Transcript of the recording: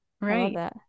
Right